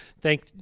Thank